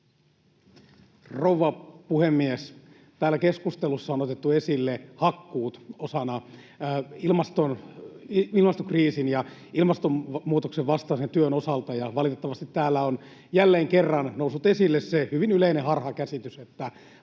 Rouva puhemies! Täällä keskustelussa on otettu esille hakkuut osana ilmastokriisin ja ilmastonmuutoksen vastaista työtä, ja valitettavasti täällä on jälleen kerran noussut esille se hyvin yleinen harhakäsitys,